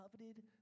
coveted